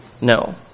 no